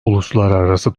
uluslararası